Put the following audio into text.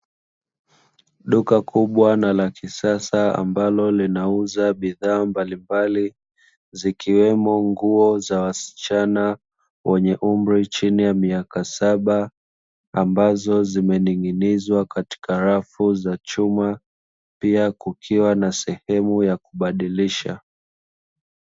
Duka kubwa na la kisasa ambalo linauza bidhaa mbalimbali, zikiwemo nguo za wasichana wenye umri chini ya miaka saba, ambazo zimening'inizwa katika rafu za chuma, pia kukiwa na sehemu za kubadilisha.